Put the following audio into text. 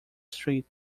street